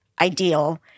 ideal